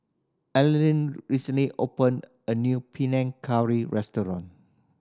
Earlene recently opened a new Panang Curry restaurant